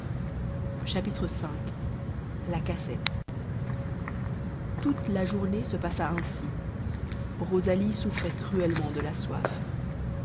v la cassette toute la journée se passa ainsi rosalie souffrait cruellement de la soif